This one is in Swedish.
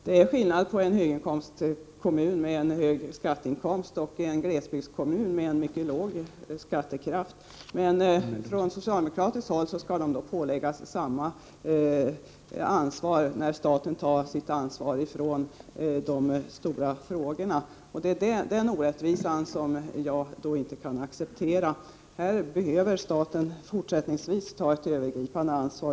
Det är skillnad mellan en kommun med många höginkomsttagare och en glesbygdskommun med mycket låg skattekraft. Från socialdemokratiskt håll anser man att de skall påläggas samma ansvar, när staten inte längre tar ansvaret för de stora frågorna. Det är den orättvisan som jag inte kan acceptera. Det behövs att staten fortsättningsvis tar ett övergripande ansvar.